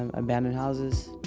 and abandoned houses.